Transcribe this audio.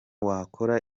wakora